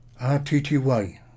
RTTY